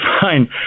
fine